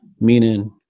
meaning